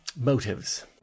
motives